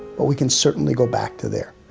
but we can certainly go back to there.